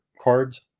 cards